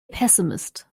pessimist